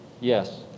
Yes